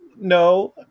no